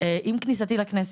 עם כניסתי לכנסת,